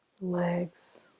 legs